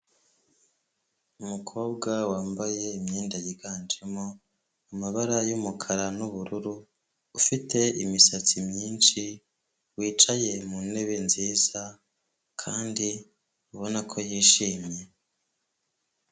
Umukobwa wambaye imyenda yiganjemo amabara y'umukara n'ubururu, ufite imisatsi myinshi wicaye mu ntebe nziza kandi ubona ko yishimye.